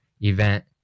event